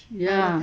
ya